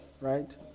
right